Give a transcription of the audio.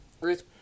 Ruth